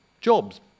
jobs